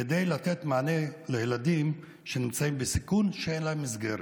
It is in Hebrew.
כדי לתת מענה לילדים שנמצאים בסיכון ואין להם מסגרת.